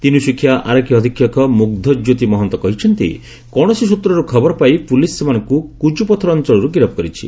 ତିନ୍ସୁକିଆ ଆରକ୍ଷୀ ଅଧିକ୍ଷ ମୁଗ୍ଧ କ୍ୟୋତି ମହନ୍ତ କହିଛନ୍ତି କୌଣସି ସୂତ୍ରରୁ ଖବର ପାଇ ପୁଲିସ ସେମାନଙ୍କୁ କୁଜୁପଥର ଅଞ୍ଚଳରୁ ଗିରଫ କରିଛନ୍ତି